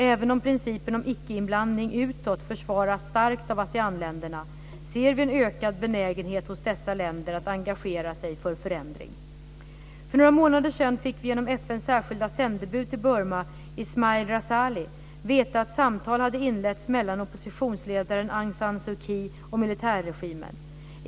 Även om principen om icke-inblandning utåt försvaras starkt av Aseanländerna ser vi en ökad benägenhet hos dessa länder att engagera sig för förändring. För några månader sedan fick vi genom FN:s särskilda sändebud till Burma, Ismail Razali, veta att samtal hade inletts mellan oppositionsledaren Aung San Suu Kyi och militärregimen.